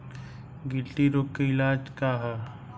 गिल्टी रोग के इलाज का ह?